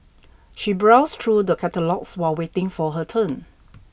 she browsed through the catalogues while waiting for her turn